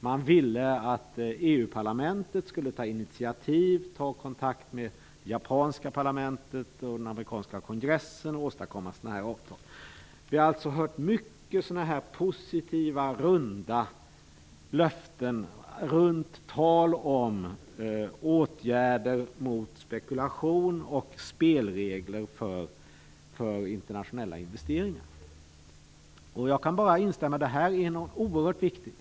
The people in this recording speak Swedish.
Man ville att EU-parlamentet skulle ta initiativ, ta kontakt med det japanska parlamentet och den amerikanska kongressen för att åstadkomma ett sådant avtal. Vi har alltså hört många sådana här positiva runda löften och tal om åtgärder mot spekulation och spelregler för internationella investeringar. Jag kan bara instämma. Det här är oerhört viktigt.